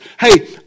Hey